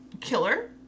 Killer